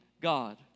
God